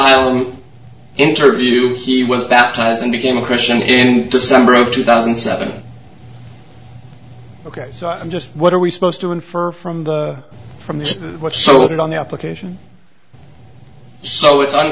asylum interview he was baptized and became a christian in december of two thousand and seven ok so i'm just what are we supposed to infer from the from that's what sold it on the application so it's